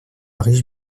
riche